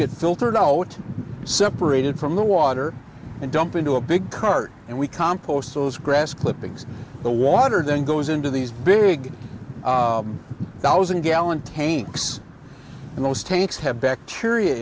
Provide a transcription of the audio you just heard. get filtered out separated from the water and dumped into a big cart and we compost those grass clippings the water then goes into these big thousand gallon tanks and those tanks have bacteria